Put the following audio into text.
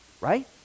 Right